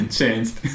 changed